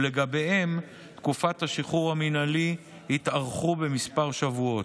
ולגביהם תקופת השחרור המינהלי תתארך בכמה שבועות.